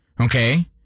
okay